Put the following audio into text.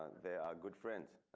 there are good friends.